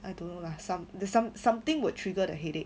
I don't know lah some there's some something would trigger the headache